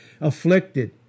Afflicted